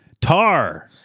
Tar